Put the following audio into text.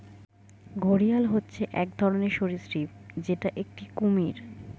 ঘড়িয়াল হচ্ছে এক ধরনের সরীসৃপ যেটা একটি কুমির